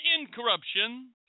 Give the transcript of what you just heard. incorruption